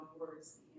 words